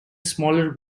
smaller